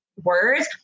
words